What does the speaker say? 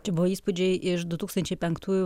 čia buvo įspūdžiai iš du tūkstančiai penktųjų